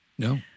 No